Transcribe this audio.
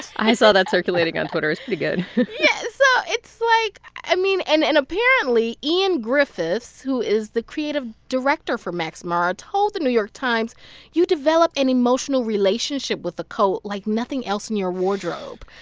i saw that circulating on twitter. it's pretty but good yeah. so it's like, i mean, and, and apparently, ian griffiths, who is the creative director for max mara, told the new york times you develop an emotional relationship with a coat like nothing else in your wardrobe.